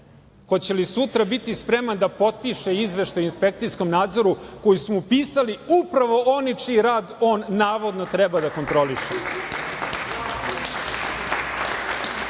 hoće li sutra biti spreman da potpiše izveštaj inspekcijskom nadzori koji su mu pisali upravo oni čiji rad on navodno treba da kontroliše? Verujem